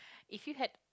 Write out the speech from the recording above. if you had